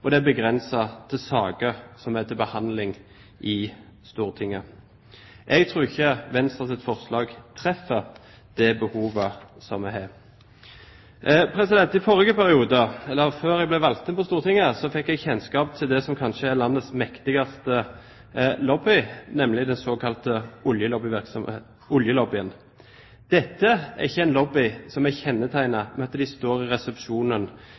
at det er begrenset til saker som er til behandling i Stortinget. Jeg tror ikke Venstres forslag treffer det behovet vi har. I forrige periode, eller før jeg ble valgt inn på Stortinget, fikk jeg kjennskap til det som kanskje er landets mektigste lobby, nemlig den såkalte oljelobbyen. Dette er ikke en lobby som er kjennetegnet ved at de står i resepsjonen